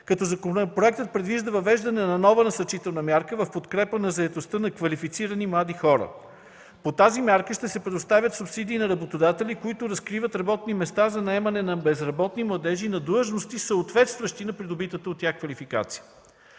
Законопроектът предвижда въвеждането на нова насърчителна мярка в подкрепа на заетостта на квалифицирани млади хора. По тази мярка ще се предоставят субсидии на работодатели, които разкриват работни места за наемане на безработни младежи на длъжности, съответстващи на придобитата от тях квалификация.